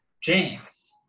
James